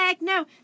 no